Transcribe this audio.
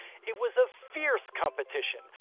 it was a fierce competition,